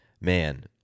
man